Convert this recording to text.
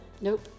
nope